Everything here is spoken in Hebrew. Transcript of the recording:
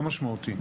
לא משמעותי.